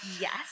yes